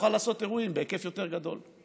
תוכל לעשות אירועים בהיקף יותר גדול,